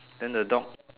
then the dog